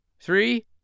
three